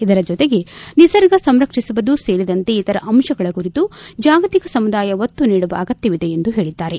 ಇದರ ಜೊತೆಗೆ ನಿರ್ಸರ್ಗ ಸಂರಕ್ಷಿಸುವುದು ಸೇರಿದಂತೆ ಇತರ ಅಂಶಗಳ ಕುರಿತು ಜಾಗತಿಕ ಸಮುದಾಯ ಒತ್ತು ನೀಡುವ ಅಗತ್ಯವಿದೆ ಎಂದು ತಿಳಿಸಿದ್ದಾರೆ